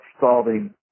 solving